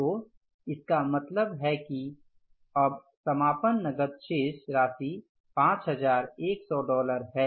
तो इसका मतलब है कि अब समापन नकद शेष राशि 5100 डॉलर है